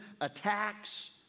attacks